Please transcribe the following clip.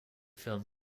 film